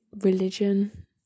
religion